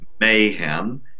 mayhem